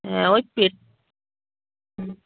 হ্যাঁ ওই পেট হুম